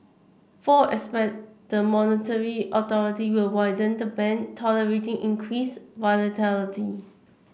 four expect the monetary authority will widen the band tolerating increased volatility